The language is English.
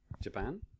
Japan